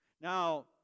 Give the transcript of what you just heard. Now